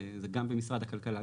וגם במשרד הכלכלה,